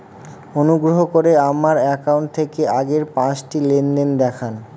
অনুগ্রহ করে আমার অ্যাকাউন্ট থেকে আগের পাঁচটি লেনদেন দেখান